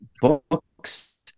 books